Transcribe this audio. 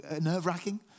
nerve-wracking